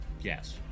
Yes